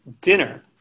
dinner